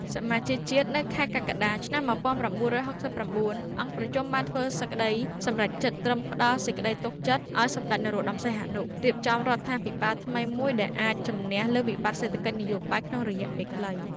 សមាជជាតិខែកក្កដា ឆ្នាំ ១៩៦៩ អង្គប្រជុំបានធ្វើសេចក្តីសម្រេចចិត្តត្រឹមផ្ដល់សេចក្ដីទុកចិត្តឱ្យសម្ដេចនរោត្តម សីហនុ រៀបចំរដ្ឋាភិបាលថ្មីមួយដែលអាចជំនះលើវិបត្តិសេដ្ឋកិច្ចនយោបាយក្នុងរយៈពេលដ៏ខ្លី។